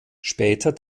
später